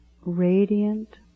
radiant